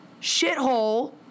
shithole